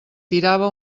tirava